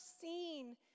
seen